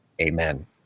Amen